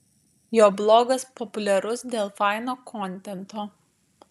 jo blogas populiarus dėl faino kontento